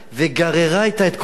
וגררה אתה את כל העולם.